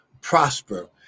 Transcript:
prosper